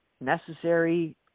necessary